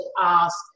ask